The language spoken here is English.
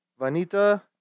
Vanita